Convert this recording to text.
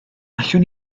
allwn